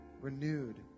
renewed